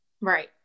Right